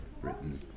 Britain